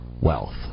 wealth